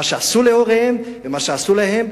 על מה שעשו להוריהם ועל מה שעשו להם.